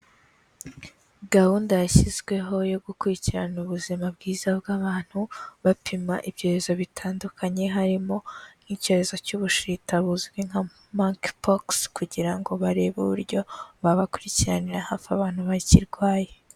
Gahunda yashyizweho yo gukurikirana ubuzima bwiza bw'abantu, bapima ibyorezo bitandukanye, harimo nk'icyorezo cy'ubushita buzwi nka Monkeypox, kugira ngo barebe uburyo babakurikiranira hafi abantu bakirwaye.